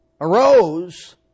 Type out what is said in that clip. arose